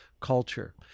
culture